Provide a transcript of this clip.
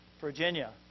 Virginia